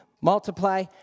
multiply